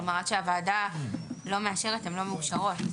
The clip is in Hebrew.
כלומר, עד שהוועדה לא מאשרת הן לא מאושרות.